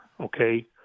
Okay